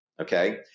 okay